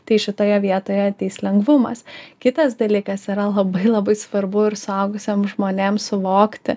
tai šitoje vietoje ateis lengvumas kitas dalykas yra labai labai svarbu ir suaugusiem žmonėm suvokti